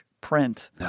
print